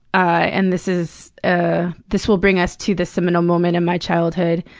ah and this is ah this will bring us to the seminal moment in my childhood.